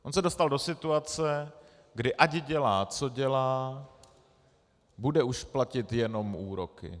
On se dostal do situace, kdy ať dělá, co dělá, bude už platit jenom úroky.